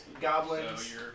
goblins